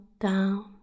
down